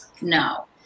no